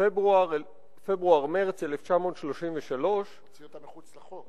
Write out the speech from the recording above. פברואר מרס 1933. הוציאו אותם מחוץ לחוק.